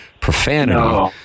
Profanity